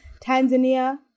Tanzania